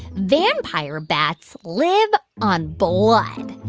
vampire bats live on blood.